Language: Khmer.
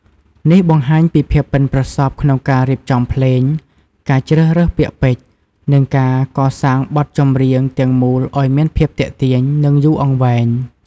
នេះបង្ហាញពីភាពប៉ិនប្រសប់ក្នុងការរៀបចំភ្លេង ការជ្រើសរើសពាក្យពេចន៍ និងការកសាងបទចម្រៀងទាំងមូលឱ្យមានភាពទាក់ទាញ និងយូរអង្វែង។